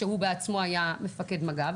שהוא בעצמו היה מפקד מג"ב